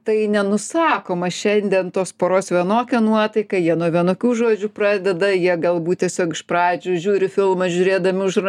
tai nenusakoma šiandien tos poros vienokia nuotaika jie nuo vienokių žodžių pradeda jie galbūt tiesiog iš pradžių žiūri filmą žiūrėdami už ra